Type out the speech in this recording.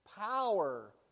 power